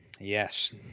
Yes